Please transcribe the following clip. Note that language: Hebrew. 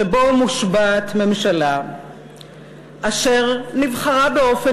שבו מושבעת ממשלה אשר נבחרה באופן